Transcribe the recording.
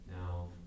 now